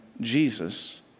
Jesus